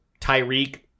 Tyreek